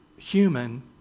human